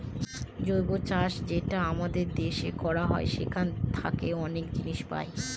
জৈব চাষ যেটা আমাদের দেশে করা হয় সেখান থাকে অনেক জিনিস পাই